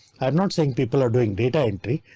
i'm not saying people are doing data entry,